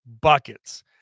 buckets